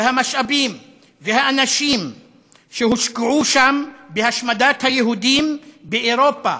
והמשאבים והאנשים שהושקעו שם בהשמדת היהודים באירופה,